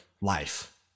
life